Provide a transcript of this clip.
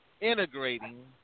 integrating